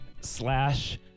slash